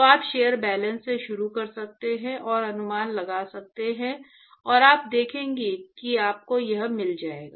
तो आप shell balance से शुरू कर सकते हैं और अनुमान लगा सकते हैं और आप देखेंगे कि आपको यह मिल जाएगा